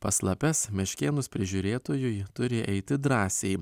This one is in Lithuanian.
pas lapes meškėnus prižiūrėtojai turi eiti drąsiai